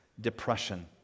depression